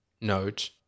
note